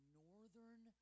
northern